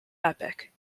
epoch